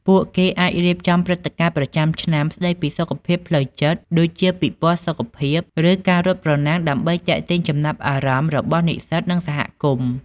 ពួកគេអាចរៀបចំព្រឹត្តិការណ៍ប្រចាំឆ្នាំស្តីពីសុខភាពផ្លូវចិត្តដូចជាពិព័រណ៍សុខភាពឬការរត់ប្រណាំងដើម្បីទាក់ទាញចំណាប់អារម្មណ៍របស់និស្សិតនិងសហគមន៍។